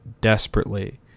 desperately